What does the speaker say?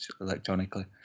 electronically